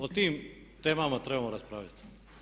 O tim temama trebamo raspravljati.